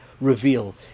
reveal